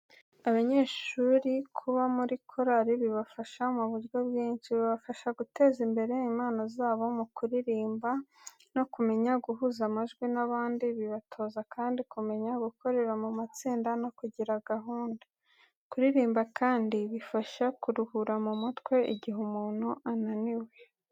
Abanyeshuri kuba muri korali bibafasha mu buryo bwinshi. Bibafasha guteza imbere impano zabo mu kuririmba, no kumenya guhuza amajwi n'abandi, bibatoza kandi kumenya gukorera mu matsinda no kugira gahunda. Kuririmba kandi bifasha kuruhura mu mutwe igihe umuntu ananiwe.